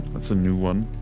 that's a new one.